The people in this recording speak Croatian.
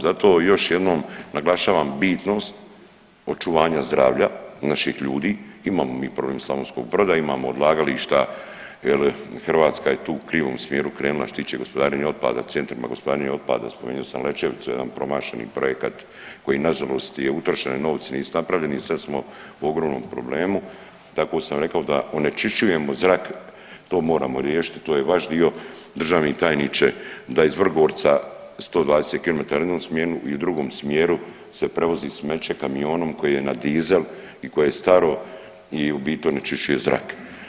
Zato još jednom naglašavam bitnost očuvanja zdravlja naših ljudi, imamo mi problem Slavonskog Broda, imamo odlagališta, je li, Hrvatska je tu u krivom smjeru krenula što se tiče gospodarenja otpada, centrima gospodarenje otpada, spomenuo sam Lećevicu, je li, promašeni projekat koji nažalost je utrošene novce, nisu napravili ni, sad smo u ogromnom problemu, tako sam rekao da onečišćujemo zrak, to moramo riješiti, to je vaš dio, državni tajniče, da iz Vrgorca 120 km u jednom smjeru i u drugom smjeru se prevozi smeće kamionom koji je na dizel i koje je staro i u biti onečišćuje zrak.